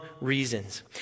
reasons